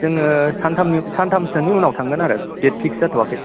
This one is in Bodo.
जोङो सानथामनि सानथामसोनि उनाव थांगोन आरो देट फिक्स जाथवाखै